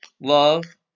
love